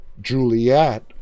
Juliet